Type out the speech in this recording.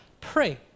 pray